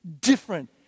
different